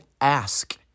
ask